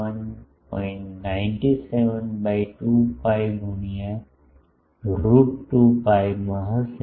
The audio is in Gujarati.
97 બાય 2 pi ગુણ્યાં રૂટ 2 pi માં હશે